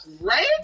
Right